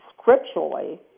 scripturally